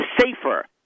safer